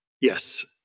Yes